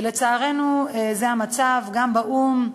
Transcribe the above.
ולצערנו, זה המצב גם באו"ם,